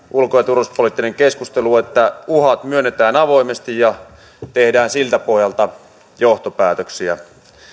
ulko ja turvallisuuspoliittinen keskustelu että uhat myönnetään avoimesti ja tehdään siltä pohjalta johtopäätöksiä